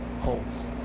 holds